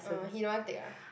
orh he don't want take ah